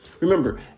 Remember